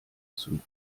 zum